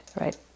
right